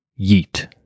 yeet